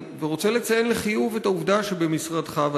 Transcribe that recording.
ורוצה לציין לחיוב את העובדה שבמשרדך,